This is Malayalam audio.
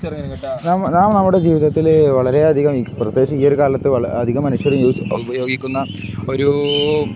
നാം നമ്മുടെ ജീവിതത്തില് വളരെയധികം പ്രത്യേകിച്ച് ഈ ഒരു കാലത്ത് അധികം മനുഷ്യരും യൂസ് ഉപയോഗിക്കുന്ന ഒരു